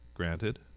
Granted